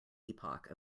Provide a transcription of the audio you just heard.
epoch